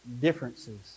Differences